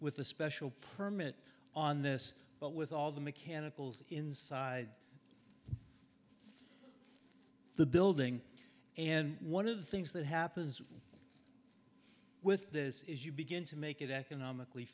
with a special permit on this but with all the mechanicals inside the building and one of the things that happens with this is you begin to make it economically